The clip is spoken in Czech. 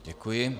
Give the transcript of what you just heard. Děkuji.